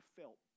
felt